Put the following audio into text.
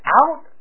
out